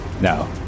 No